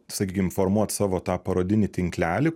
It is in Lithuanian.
sakykim formuot savo tą parodinį tinklelį